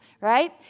right